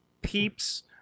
Peeps